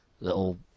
little